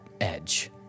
edge